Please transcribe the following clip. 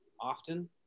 often